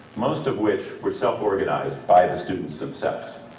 most of which were self-organized by the students themselves.